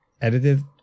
edited